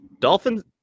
dolphins